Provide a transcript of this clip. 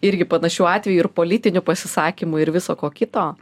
irgi panašių atvejų ir politinių pasisakymų ir viso ko kito